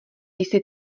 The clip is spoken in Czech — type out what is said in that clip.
jsi